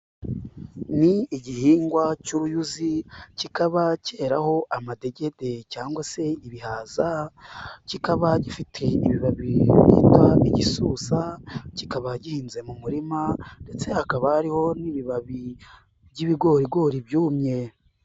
Ni igihingwa cy'uruyuzi kikaba keraho amadegede cyangwa se ibihaza, kikaba gifite ibiba bibita igisusa, kikaba gihinze mu murima ndetse hakaba hariho n'ibibabi by'ibigorigori byumye.